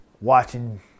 watching